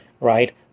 right